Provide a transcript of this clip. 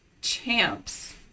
champs